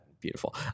beautiful